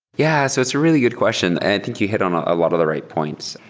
yeah. so it's a really good question, and i think you hit on ah a lot of the right points.